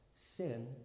sin